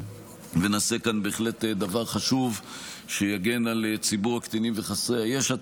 ונעשה כאן בהחלט דבר חשוב שיגן על ציבור הקטינים וחסרי הישע,